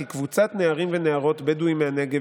כי קבוצת נערים ונערות בדואים מהנגב